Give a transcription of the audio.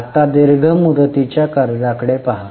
आता दीर्घ मुदतीच्या कर्जांकडे पहा